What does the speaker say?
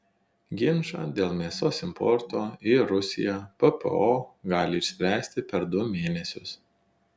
ginčą dėl mėsos importo į rusiją ppo gali išspręsti per du mėnesius